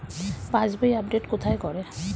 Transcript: পাসবই update কোথায় করে?